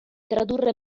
tradurre